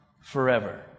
forever